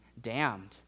damned